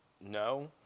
no